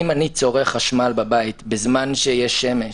אם אני צורך חשמל בבית בזמן שיש שמש